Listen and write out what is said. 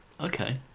Okay